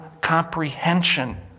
comprehension